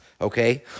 okay